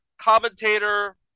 commentator